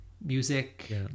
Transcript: music